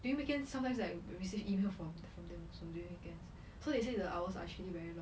during weekend sometimes like receive email from from them also during weekends so they say the hours are actually very long